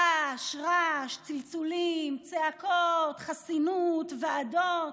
רעש רעש, צלצולים, צעקות, חסינות, ועדות,